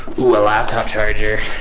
well app top charger,